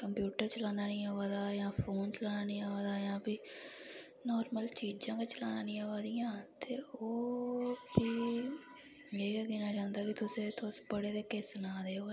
computer चलाना नी अवा दा जां फोन चलाना नी अवा दा नॉरमल चीजां गै चलाना नी अवा दियां ते ओ फ्ही एह् गै गिनेआं जंदा कि तुस पढ़े दे केह् सना दे ओ